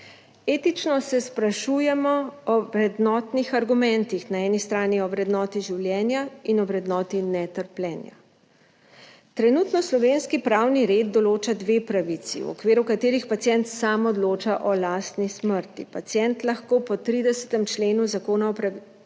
Etično se sprašujemo o vrednotnih argumentih, na eni strani o vrednoti življenja in na drugi o vrednoti netrpljenja. Trenutno slovenski pravni red določa dve pravici, v okviru katerih pacient sam odloča o lastni smrti. Pacient lahko po 30. členu Zakona o pacientovih